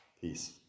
peace